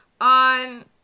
on